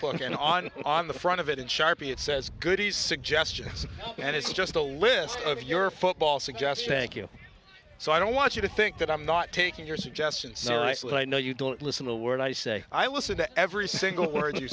and on on the front of it in sharpie it says goodies suggestion and it's just a list of your football suggestion thank you so i don't want you to think that i'm not taking your suggestions are right no you don't listen to a word i say i listen to every single word you